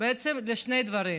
בעצם בשני דברים: